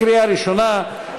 קריאה ראשונה,